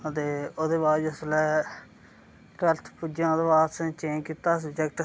ते ओह्दे बाद जिसलै ट्वेल्थ पुज्जेआं ओह्दे बाद असें चेंज कीता सब्जेक्ट